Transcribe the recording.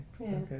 okay